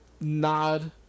nod